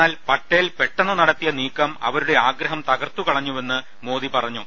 എന്നാൽ പട്ടേൽ പെട്ടെന്നു നടത്തിയ നീക്കം അവരുടെ ആഗ്രഹം തകർത്തു കളഞ്ഞുവെന്ന് മോദി പറഞ്ഞു